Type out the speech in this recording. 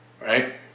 right